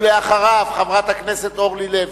חברת הכנסת אורלי לוי.